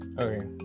Okay